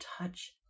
touch